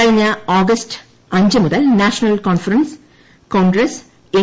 കഴിഞ്ഞ ആഗസ്റ്റ് അഞ്ച് മുതൽ നാഷണൽ കോൺഫറൻസ് കോൺഗ്രസ് എൻ